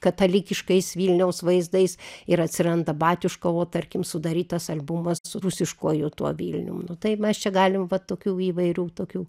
katalikiškais vilniaus vaizdais ir atsiranda batiuškovo tarkim sudarytas albumas su rusiškuoju tuo vilnium nu tai mes čia galim va tokių įvairių tokių